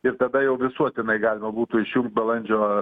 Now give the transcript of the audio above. ir tada jau visuotinai galima būtų išjungt balandžio